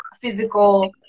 physical